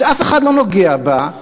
שאף אחד לא נוגע בה,